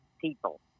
people